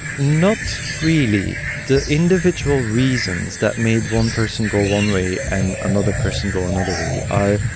not really. the individual reasons that made one person go one way and another person go another way are,